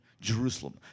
Jerusalem